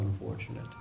unfortunate